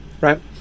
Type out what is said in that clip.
right